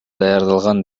даярдалган